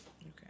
Okay